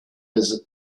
his